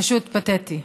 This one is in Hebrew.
פשוט פתטי.